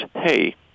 hey